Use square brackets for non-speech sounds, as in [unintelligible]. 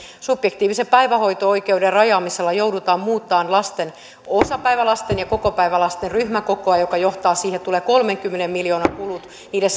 subjektiivisen päivähoito oikeuden rajaamisella joudutaan muuttamaan osapäivälasten ja kokopäivälasten ryhmäkokoa mikä johtaa siihen että tulee kolmenkymmenen miljoonan kulut niiden [unintelligible]